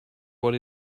what